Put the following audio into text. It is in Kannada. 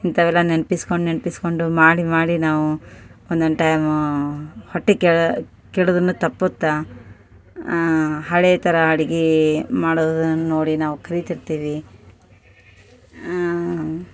ಇಂಥವೆಲ್ಲ ನೆನಪಿಸ್ಕೊಂಡ್ ನೆನಪಿಸ್ಕೊಂಡು ಮಾಡಿ ಮಾಡಿ ನಾವು ಒಂದೊಂದು ಟೈಮೂ ಹೊಟ್ಟೆ ಕೆಡೋದೂನೂ ತಪ್ಪುತ್ತೆ ಹಳೆ ಥರ ಅಡುಗೆ ಮಾಡೋದನ್ನು ನೋಡಿ ನಾವು ಕಲಿತಿರ್ತೀವಿ ಆಂ